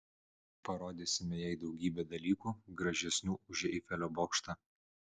parodysime jai daugybę dalykų gražesnių už eifelio bokštą